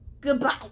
Goodbye